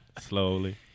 slowly